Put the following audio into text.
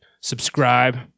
subscribe